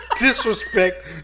disrespect